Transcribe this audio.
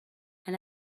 and